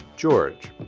george.